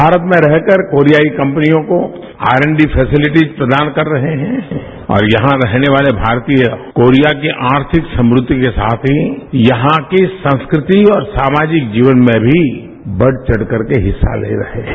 भारत में रहकर कोरियाई कंपनियों को आर एंड डी फेसिलिटी प्रदान कर रहे हैं और यहां पर रहने वाले भारतीय कोरिया की आर्थिक समृद्धि के साथ ही यहां की संस्कृति और सामाजिक जीवन में भी बढ़चढ़ कर हिस्सा ले रहे हैं